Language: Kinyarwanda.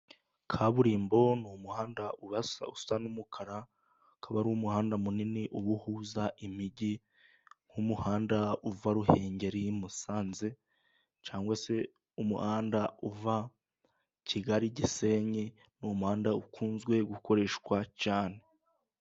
Kaburimbo ni umuhanda urasa ,usa n'umukara. Akaba ari umuhanda munini, ubahuza imijyi. Nk'umuhanda uva Ruhengeri'(Musanze). Cyangwa se umuhanda uva Kigali, Gisenyi n'umuhanda ukunzwe gukoreshwa cyane.